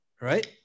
Right